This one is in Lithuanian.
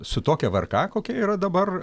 su tokia vrk kokia yra dabar